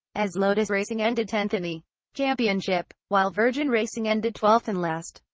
as lotus racing ended tenth in the championship, while virgin racing ended twelfth and last.